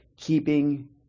keeping